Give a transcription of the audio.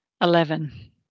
Eleven